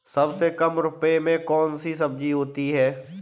सबसे कम रुपये में कौन सी सब्जी होती है?